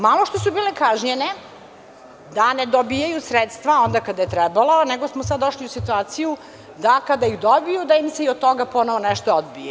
Malo što su bile kažnjene da ne dobijaju sredstva onda kada je trebalo nego smo sad došli u situaciju da kada ih dobiju da im se od toga ponešto odbije.